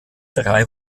drei